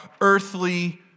earthly